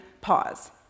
Pause